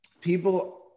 people